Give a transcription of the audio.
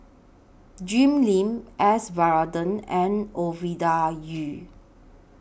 Jim Lim S Varathan and Ovidia Yu